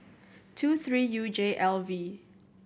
two three U J L V